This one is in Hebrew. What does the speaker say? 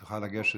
תוכל לגשת?